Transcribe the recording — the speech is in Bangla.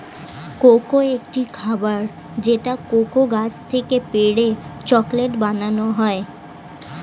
কোকো একটি খাবার যেটা কোকো গাছ থেকে পেড়ে চকলেট বানানো হয়